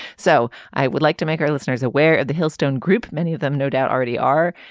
so i would like to make our listeners aware of the hailstone group. many of them no doubt already are.